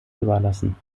überlassen